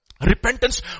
Repentance